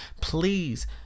please